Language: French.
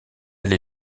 elle